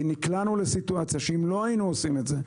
נקלענו לסיטואציה שאם לא היינו עושים את זה,